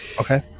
Okay